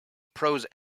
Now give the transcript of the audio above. prose